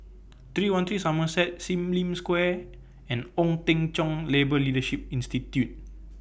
three one three Somerset SIM Lim Square and Ong Teng Cheong Labour Leadership Institute